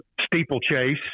steeplechase